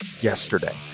yesterday